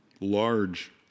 large